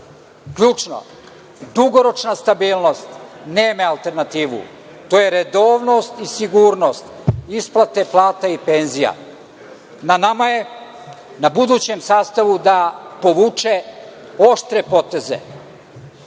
ključno – dugoročna stabilnost nema alternativu. To je redovnost i sigurnost isplate plata i penzija. Na nama je, na budućem sastavu da povuče oštre poteze,